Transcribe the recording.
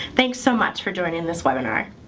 thanks so much for joining this webinar.